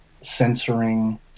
censoring